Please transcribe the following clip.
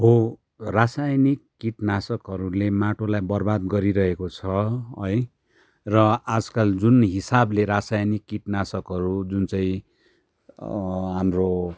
हो रसायनिक किटनाशकहरूले माटोलाई बर्बाद गरिरहेको छ है र आजकल जुन हिसाबले रसायनिक किटनाशकहरू जुन चाहिँ हाम्रो